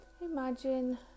imagine